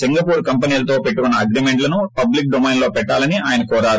Singapore కంపెనీలతో పెట్టుకున్న అగ్రిమెంటులను పబ్లిక్ డొమైన్లో పెట్టాలని ఆయన కోరారు